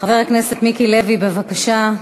חבר הכנסת מיקי לוי, בבקשה,